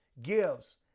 gives